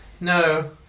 No